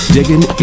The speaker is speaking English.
Digging